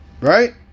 right